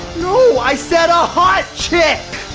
no, i said a hot chick.